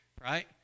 right